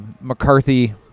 mccarthy